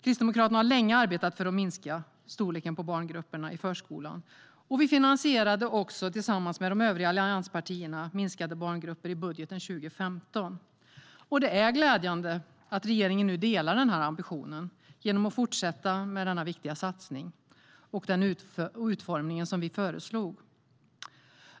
Kristdemokraterna har länge arbetat för att minska storleken på barngrupperna i förskolan, och vi finansierade också tillsammans med de övriga allianspartierna minskade barngrupper i budgeten för 2015. Det är glädjande att regeringen nu delar denna ambition genom att fortsätta med denna viktiga satsning och den utformning som vi föreslog.